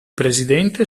presidente